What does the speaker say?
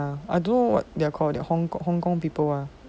I don't know what they are called their hong kong people ah